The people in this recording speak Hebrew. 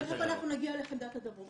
תיכף אנחנו נגיע לחמדת הדרום.